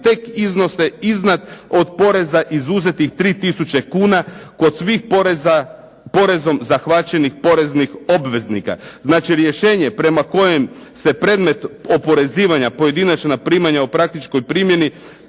tek iznose iznad od poreza izuzetih 3 tisuće kuna kod svih porezom zahvaćenih poreznih obveznika. Znači, rješenje po kojem se predmet oporezivanja pojedinačna primanja u praktičkoj primjeni